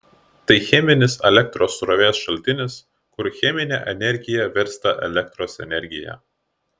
tai cheminis elektros srovės šaltinis kur cheminė energija virsta elektros energija